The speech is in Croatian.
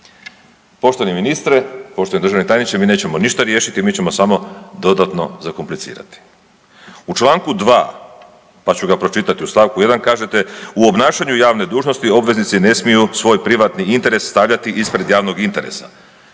Poštovani ministre, poštovani državni tajniče mi nećemo ništa riješiti, mi ćemo samo dodatno zakomplicirati. U članku 2. pa ću ga pročitati u stavku 1. kažete: „U obnašanju javne dužnosti obveznici ne smiju svoj privatni interes stavljati ispred javnog interesa.